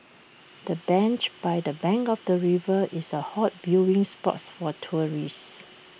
the bench by the bank of the river is A hot viewing spots for tourists